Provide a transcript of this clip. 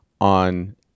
on